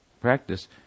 practice